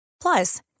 Plus